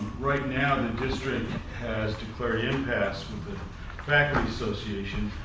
right now the district has declared impasse with the faculty association.